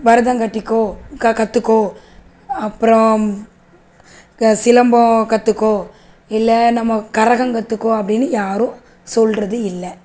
பரதம் கற்றுக்கோ கற்றுக்கோ அப்பறம் சிலம்பம் கற்றுக்கோ இல்லை நம்ம கரகம் கற்றுக்கோ அப்படின்னு யாரும் சொல்கிறது இல்லை